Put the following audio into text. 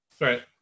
Right